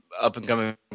up-and-coming